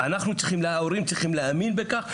בתור חברת מועצת העיר הלכתי לגורמים אצלנו.